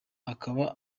akaba